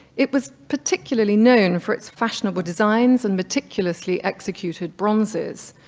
it was particularly known for its fashionable designs and meticulously executed bronzes.